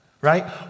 right